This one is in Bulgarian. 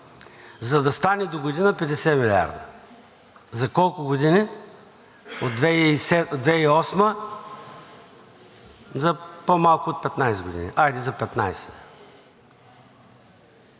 за да стане догодина 50 милиарда. За колко години – от 2008-а? За по-малко от 15 години, хайде за 15.